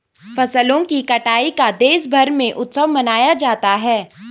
फसलों की कटाई का देशभर में उत्सव मनाया जाता है